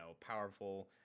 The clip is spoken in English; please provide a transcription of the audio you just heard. powerful